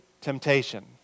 temptation